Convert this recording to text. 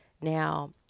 Now